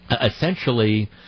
essentially